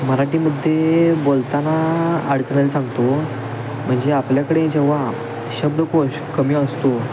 मराठीमध्ये बोलताना अडचण सांगतो म्हणजे आपल्याकडे जेव्हा शब्दकोश कमी असतो